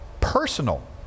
personal